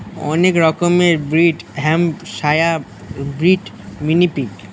অনেক রকমের breed Hampshire breed, mini pig